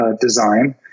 design